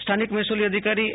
સ્થાનિક મહેસૂલી અધિકારી એ